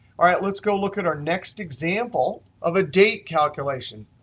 all right, let's go look at our next example of a date calculation.